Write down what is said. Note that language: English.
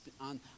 on